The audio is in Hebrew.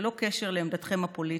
ללא קשר לעמדתכם הפוליטית: